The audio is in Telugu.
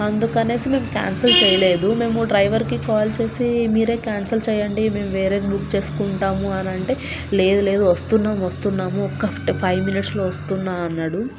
అందుకనేసి మేము క్యాన్సల్ చేయలేదు మేము డ్రైవర్కి కాల్ చేసి మీరే క్యాన్సల్ చేయండి మేము వేరేది బుక్ చేసుకుంటాము అని అంటే లేదు లేదు వస్తున్నాము వస్తున్నాము ఒక్క ఫైవ్ మినిట్స్లో వస్తున్నా అన్నాడు